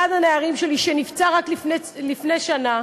אחד הנערים שלי שנפצע רק לפני שנה,